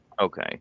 Okay